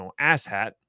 asshat